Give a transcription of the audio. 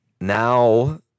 Now